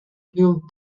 killed